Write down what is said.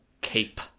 Cape